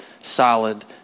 solid